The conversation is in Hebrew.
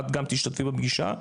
את גם תשתתפי בפגישה,